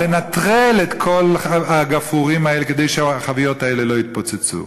לנטרל את כל הגפרורים האלה כדי שהחביות האלה לא יתפוצצו.